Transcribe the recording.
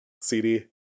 CD